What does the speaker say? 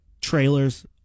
trailers